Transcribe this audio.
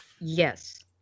Yes